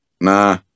Nah